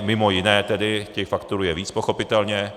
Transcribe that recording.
Mimo jiné tedy, těch faktorů je víc, pochopitelně.